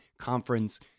conference